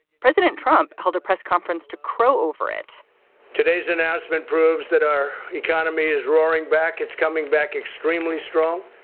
president trump held a press conference to crow over it today's announcement proves that our economy is roaring back. it's coming back extremely strong,